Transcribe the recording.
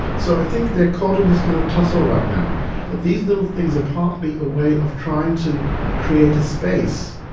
so i think they're caught in this kind of tussle right now that these little things are partly a way of trying to create a space,